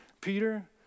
Peter